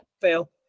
Fail